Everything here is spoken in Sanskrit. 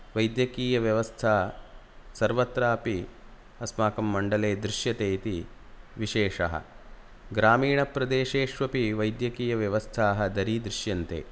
वैद्यकीयव्यवस्था सर्वत्रापि अस्माकं मण्डले दृश्यते इति विशेषः ग्रामीणप्रदेशेष्वपि वैद्यकीयव्यवस्थाः दरीदृश्यन्ते